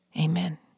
amen